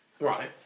Right